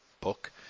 book